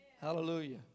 Hallelujah